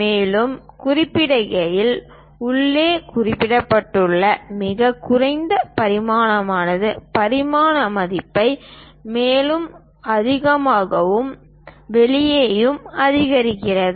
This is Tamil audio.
மேலும் குறிப்பிடுகையில் உள்ளே குறிப்பிடப்பட்டுள்ள மிகக் குறைந்த பரிமாணமானது பரிமாண மதிப்பை மேலும் அதிகமாகவும் வெளியேயும் அதிகரிக்கிறது